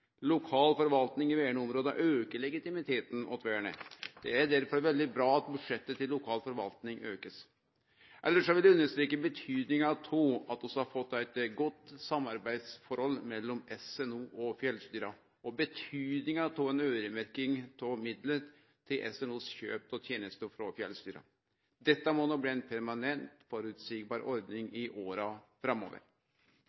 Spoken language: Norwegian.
Lokal forvalting i verneområda aukar legitimiteten til vernet. Det er derfor veldig bra at budsjettet til lokal forvalting aukar. Elles vil eg understreke betydinga av at vi har fått eit godt samarbeidsforhold mellom SNO og fjellstyra, og betydinga av ei øyremerking av midlar til SNO sitt kjøp av tenester frå fjellstyra. Dette må bli ei permanent, føreseieleg ordning